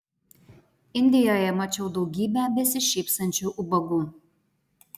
indijoje mačiau daugybę besišypsančių ubagų